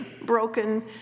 broken